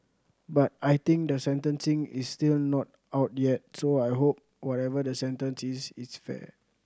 but I think the sentencing is still not out yet so I hope whatever the sentence is it's fair